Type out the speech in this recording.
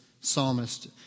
psalmist